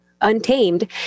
untamed